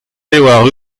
pevar